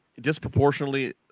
disproportionately